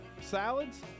salads